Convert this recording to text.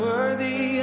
Worthy